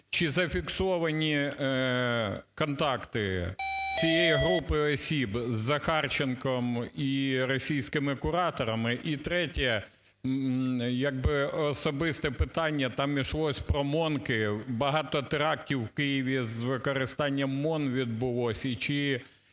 Чи зафіксовані контакти цієї групи осіб із Захарченком і російськими кураторами? І третє, особисте питання, там йшлося про "монки", багато терактів в Києві з використанням МОН відбулося.